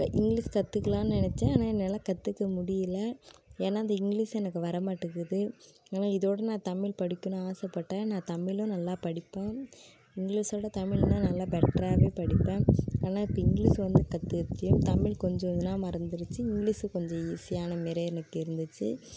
English கத்துக்கலாம் நினச்சேன் ஆனால் என்னால் கற்றுக்க முடியலை ஏன்னா அந்த இங்கிலிஷ் எனக்கு வரமாட்டேகுது ஆனால் இதோடய நான் தமிழ் படிக்கணும் ஆசைப்பட்டேன் நான் தமிழும் நல்லா படிப்பேன் இங்கிலிஷ்ஸோட தமிழ்னா நல்லா பெட்டராகவே படிப்பேன் ஆனால் இப்போ இங்கிலிஷ் வந்து கற்றுருக்கேன் தமிழ் கொஞ்சம் இதெலாம் மறந்துருச்சு இங்கிலிஷ் கொஞ்சம் ஈஸியான மாதிரி எனக்கு இருந்துச்சு